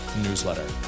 newsletter